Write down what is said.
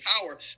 power